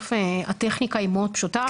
בסוף הטכניקה היא מאוד פשוטה.